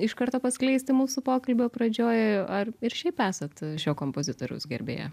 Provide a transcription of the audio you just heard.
iš karto paskleisti mūsų pokalbio pradžioj ar ir šiaip esat šio kompozitoriaus gerbėja